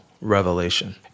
revelation